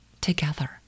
together